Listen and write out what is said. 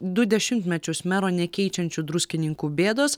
du dešimtmečius mero nekeičiančių druskininkų bėdos